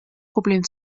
problem